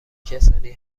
کسانی